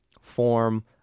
form